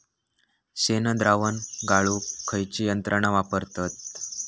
शेणद्रावण गाळूक खयची यंत्रणा वापरतत?